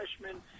freshman